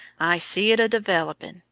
i see it a-developin'.